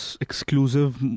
exclusive